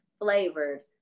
flavored